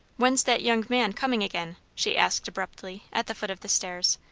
when's that young man comin' again? she asked abruptly at the foot of the stairs,